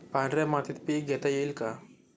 पांढऱ्या मातीत पीक घेता येईल का?